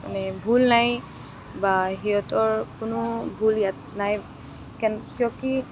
মানে ভুল নাই বা সিহঁতৰ কোনো ভুল ইয়াত নাই কিয় কি